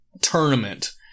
tournament